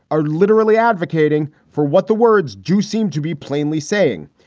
are literally advocating for what the words do seem to be plainly saying.